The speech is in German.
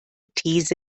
these